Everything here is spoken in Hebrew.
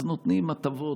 אז נותנים הטבות,